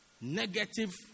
negative